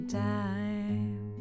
time